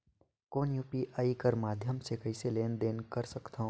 कौन यू.पी.आई कर माध्यम से कइसे लेन देन कर सकथव?